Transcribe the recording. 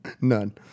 None